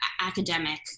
academic